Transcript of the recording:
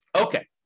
Okay